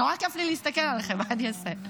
נורא כיף לי להסתכל עליכם, מה אני אעשה?